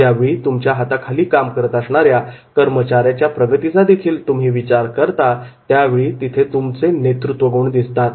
ज्यावेळी तुमच्या हाताखाली काम करत असणाऱ्या कर्मचाऱ्याच्या प्रगतीचा देखील तुम्ही विचार करता त्यावेळी तिथे तुमचे नेतृत्व गुण दिसतात